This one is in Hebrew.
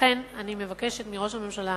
לכן אני מבקשת מראש הממשלה